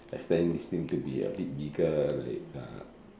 expand this thing to be a bit bigger like uh